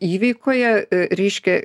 įveikoje reiškia